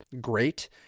great